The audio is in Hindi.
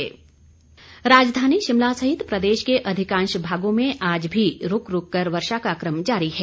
मौसम राजधानी शिमला सहित प्रदेश के अधिकांश भागों में आज भी रूक रूक कर वर्षा का कम जारी है